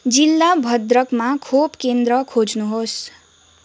जिल्ला भद्रकमा खोप केन्द्र खोज्नुहोस्